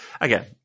again